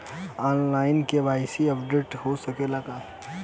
आन line KYC updation हो सकेला का?